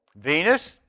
Venus